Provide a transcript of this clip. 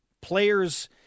players